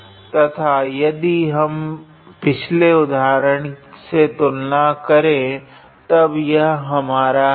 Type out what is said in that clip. तथा यदि हम पिछले उदाहरण से तुलना करे तब यह हमारा है